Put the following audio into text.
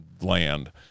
land